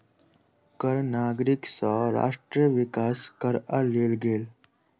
कर नागरिक सँ राष्ट्र विकास करअ लेल गेल